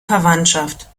verwandschaft